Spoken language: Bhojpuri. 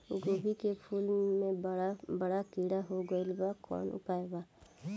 गोभी के फूल मे बड़ा बड़ा कीड़ा हो गइलबा कवन उपाय बा?